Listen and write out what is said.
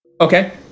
Okay